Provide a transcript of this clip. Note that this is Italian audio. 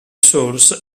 source